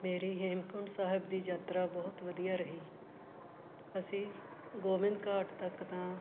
ਮੇਰੀ ਹੇਮਕੁੰਡ ਸਾਹਿਬ ਦੀ ਯਾਤਰਾ ਬਹੁਤ ਵਧੀਆ ਰਹੀ ਅਸੀਂ ਗੋਬਿੰਦ ਘਾਟ ਤੱਕ ਤਾਂ